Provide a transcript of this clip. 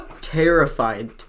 terrified